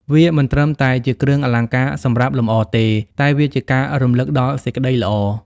វាមិនត្រឹមតែជាគ្រឿងអលង្ការសម្រាប់លម្អទេ តែវាជាការរំឭកដល់សេចក្តីល្អ។